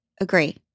Agree